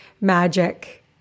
magic